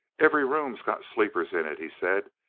every room got sleepers in it, he said.